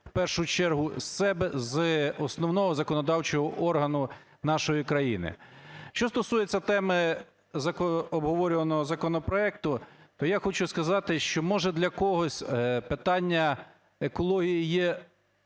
в першу чергу з себе - з основного законодавчого органу нашої країни. Що стосується теми обговорюваного законопроекту, то я хочу сказати, що, може, для когось питання екології є